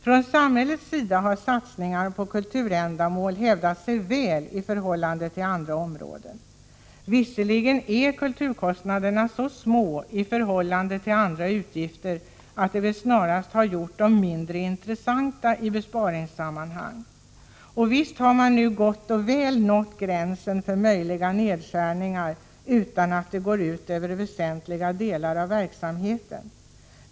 Från samhällets sida har satsningar på kulturändamål hävdat sig väl i förhållande till andra områden. Visserligen är kulturkostnaderna så små i förhållande till andra utgifter, att det väl snarast har gjort dem mindre intressanta i besparingssammanhang, och visst har man nu gott och väl nått gränsen för möjliga nedskärningar utan att det går ut över väsentliga delar av verksamheten.